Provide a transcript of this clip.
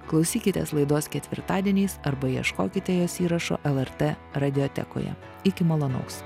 klausykitės laidos ketvirtadieniais arba ieškokite jos įrašo lrt radiotekoje iki malonaus